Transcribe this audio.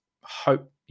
hope